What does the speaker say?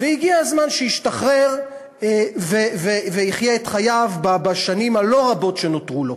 והגיע הזמן שישתחרר ויחיה את חייו בשנים הלא-רבות שנותרו לו.